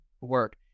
work